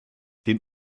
den